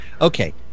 Okay